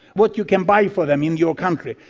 what you can buy for them in your country.